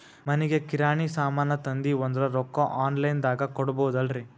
ಮನಿಗಿ ಕಿರಾಣಿ ಸಾಮಾನ ತಂದಿವಂದ್ರ ರೊಕ್ಕ ಆನ್ ಲೈನ್ ದಾಗ ಕೊಡ್ಬೋದಲ್ರಿ?